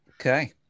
okay